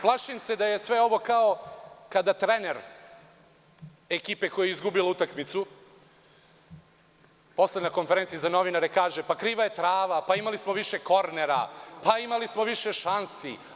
Plašim se da je sve ovo kao kada trener ekipe koja je izgubila utakmicu posle na konferenciji za novinare kaže – kriva je trava, imali smo više kornera, imali smo više šansi.